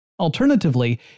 Alternatively